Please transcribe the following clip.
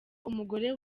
umugore